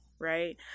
right